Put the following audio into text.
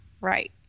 Right